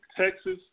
Texas